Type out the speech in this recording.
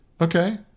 okay